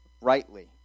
rightly